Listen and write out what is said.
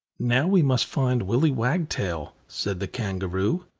now we must find willy wagtail, said the kangaroo.